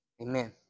Amen